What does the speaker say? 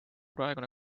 praegune